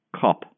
cop